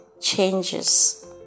changes